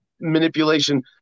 manipulation